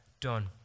done